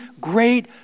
great